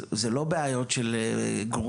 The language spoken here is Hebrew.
זה לא בעיות של גרושים.